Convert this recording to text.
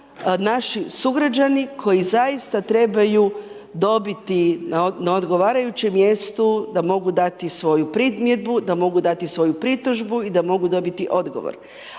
naši sugrađani koji zaista trebaju dobiti na odgovarajući gestu da mogu dati svoju primjedbu, da mogu dati svoju pritužbu i da mogu dobiti odgovor.